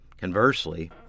conversely